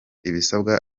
ibisabwa